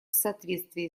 соответствии